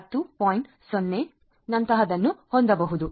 0 ನಂತಹದ್ದನ್ನು ಹೊಂದಬಹುದು